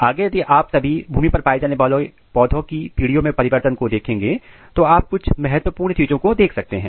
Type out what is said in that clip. आगे यदि आप सभी भूमि पर पाए जाने वाले पौधों की पीढ़ियों में परिवर्तन को देखेंगे तो आप कुछ महत्वपूर्ण चीजों को देख सकते हैं